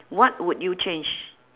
what would you change